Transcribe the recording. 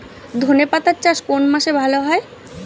ধনেপাতার চাষ কোন মাসে ভালো হয়?